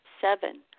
Seven